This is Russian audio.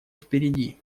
впереди